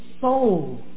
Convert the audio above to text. soul